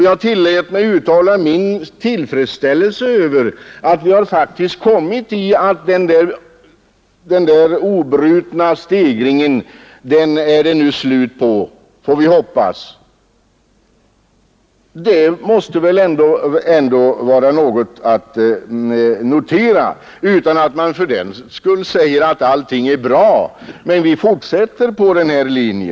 Jag tillät mig uttala min tillfredsställelse över att det nu förhoppningsvis är slut på den oavbrutna stegringen. Det måste väl ändå vara något att notera utan att man fördenskull säger att allting är bra, men vi fortsätter efter denna linje.